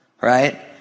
right